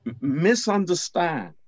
misunderstand